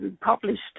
published